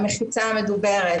המחיצה המדוברת,